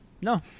no